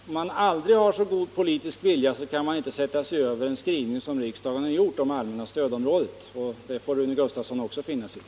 Herr talman! Om man har aldrig så god politisk vilja kan man inte sätta sig över den skrivning riksdagen gjort i fråga om denna stödform. Det får Rune Gustavsson också finna sig i.